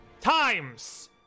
times